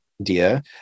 idea